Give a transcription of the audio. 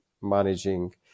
managing